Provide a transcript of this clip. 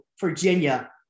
Virginia